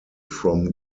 from